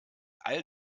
all